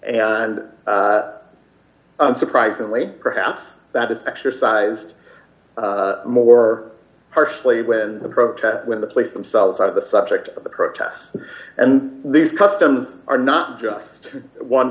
and surprisingly perhaps that is exercised more harshly when the protest when the police themselves out of the subject of the protests and these customs are not just one